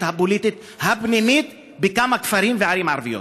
הפוליטית הפנימית בכמה כפרים וערים ערביות.